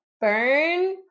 burn